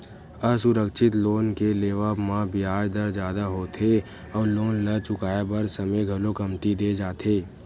असुरक्छित लोन के लेवब म बियाज दर जादा होथे अउ लोन ल चुकाए बर समे घलो कमती दे जाथे